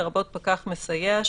לרבות פקח מסייע,